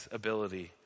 ability